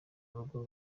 urugo